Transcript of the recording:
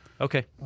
Okay